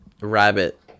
Rabbit